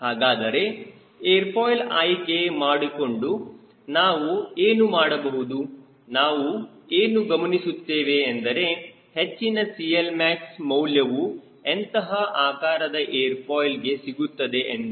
ಹಾಗಾದರೆ airfoil ಆಯ್ಕೆ ಮಾಡಿಕೊಂಡು ನಾವು ಏನು ಮಾಡಬಹುದು ನಾವು ಏನು ಗಮನಿಸುತ್ತೇವೆ ಎಂದರೆ ಹೆಚ್ಚಿನ CLmax ಮೌಲ್ಯವು ಎಂತಹ ಆಕಾರದ ಏರ್ ಫಾಯ್ಲ್ ಗೆ ಸಿಗುತ್ತದೆ ಎಂದು